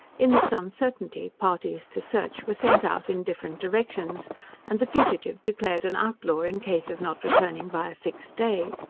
in this uncertainty, parties to search were sent out in different directions and the fugitive declared an outlaw, in case of not returning by a fixed day.